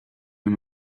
him